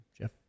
Jeff